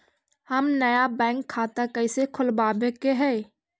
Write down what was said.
हम नया बैंक खाता कैसे खोलबाबे के है?